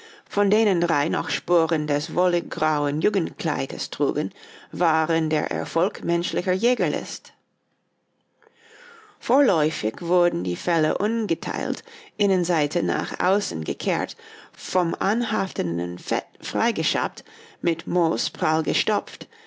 von denen drei noch spuren des wolliggrauen jugendkleides trugen waren der erfolg menschlicher jägerlist vorläufig wurden die felle ungeteilt innenseite nach außen gekehrt vom anhaftenden fett freigeschabt mit moos prall gestopft